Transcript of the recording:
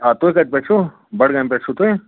آ تُہۍ کَتہِ پٮ۪ٹھ چھُو بڈگامہِ پٮ۪ٹھ چھُو تُہۍ